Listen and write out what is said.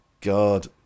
God